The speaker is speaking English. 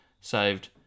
saved